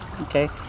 Okay